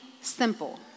simple